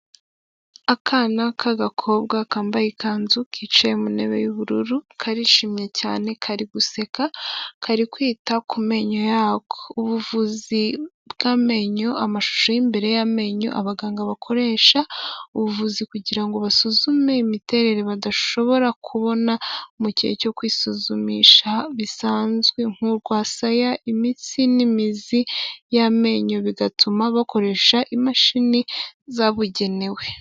Akana k'agakobwa kambaye ikanzu kicaye mu ntebe y'ubururu, karishimye cyane kari guseka, kari kwita ku menyo yako. Ubuvuzi bw'amenyo amashusho y'imbere y'amenyo abaganga bakoresha, ubuvuzi kugirango basuzume imiterere badashobora kubona mu mugihe cyo kwisuzumisha bisanzwe nk'urwasaya imitsi n'imizi y'amenyo bigatuma bakoresha imashini zabugenewe.